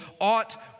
ought